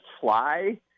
fly